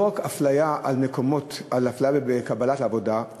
לא רק אפליה בקבלת עבודה,